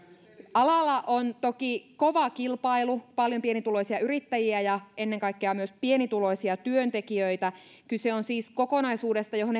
alalla on toki kova kilpailu paljon pienituloisia yrittäjiä ja ennen kaikkea myös pienituloisia työntekijöitä kyse on siis kokonaisuudesta johon